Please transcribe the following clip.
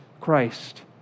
Christ